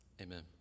Amen